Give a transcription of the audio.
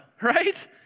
right